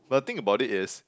but the thing about it is